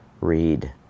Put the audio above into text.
read